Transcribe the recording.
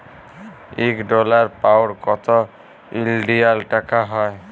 ইক dollar, pound কত ইলডিয়াল টাকা হ্যয়